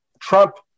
Trump